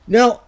Now